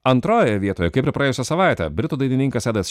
antroje vietoje kaip ir praėjusią savaitę britų dainininkas edas